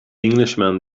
englishman